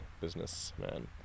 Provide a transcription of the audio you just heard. businessman